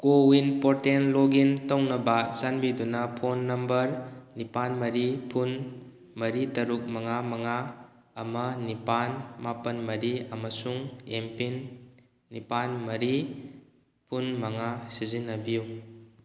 CoWIN portal login ꯇꯧꯅꯕ ꯆꯥꯟꯕꯤꯗꯨꯅ phone number ꯅꯤꯄꯥꯜ ꯃꯔꯤ ꯐꯨꯟ ꯃꯔꯤ ꯇꯔꯨꯛ ꯃꯉꯥ ꯃꯉꯥ ꯑꯃ ꯅꯤꯄꯥꯜ ꯃꯥꯄꯜ ꯃꯔꯤ ꯑꯃꯁꯨꯡ ꯑꯦꯝꯄꯤꯟ ꯅꯤꯄꯥꯜ ꯃꯔꯤ ꯐꯨꯟ ꯃꯉꯥ ꯁꯤꯖꯤꯟꯅꯕꯤꯌꯨ